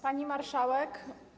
Pani Marszałek!